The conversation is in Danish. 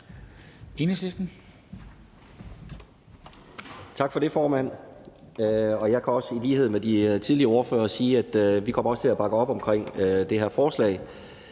(EL): Tak for det, formand. Jeg kan i lighed med de tidligere ordførere sige, at vi også kommer til at bakke op om det her forslag.